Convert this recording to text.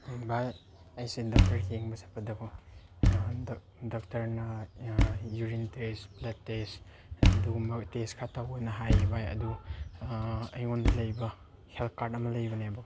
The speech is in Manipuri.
ꯚꯥꯏ ꯑꯩꯁꯦ ꯗꯣꯛꯇꯔ ꯌꯦꯡꯕ ꯆꯠꯄꯗꯀꯣ ꯗꯣꯛꯇꯔꯅ ꯌꯨꯔꯤꯟ ꯇꯦꯁ ꯕ꯭ꯂꯗ ꯇꯦꯁ ꯑꯗꯨꯒꯨꯝꯕ ꯇꯦꯁ ꯈꯔ ꯇꯧꯋꯣꯅ ꯍꯥꯏ ꯚꯥꯏ ꯑꯗꯨ ꯑꯩꯉꯣꯟꯗ ꯂꯩꯕ ꯍꯦꯜꯠ ꯀꯥꯔꯠ ꯑꯃ ꯂꯩꯕꯅꯦꯕ